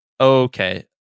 Okay